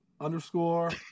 underscore